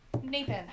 Nathan